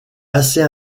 assez